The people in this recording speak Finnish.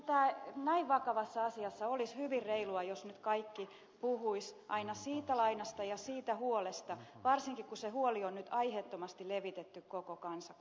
minusta näin vakavassa asiassa olisi hyvin reilua jos nyt kaikki puhuisivat aina siitä lainasta ja siitä huolesta varsinkin kun se huoli on nyt aiheettomasti levitetty koko kansakuntaan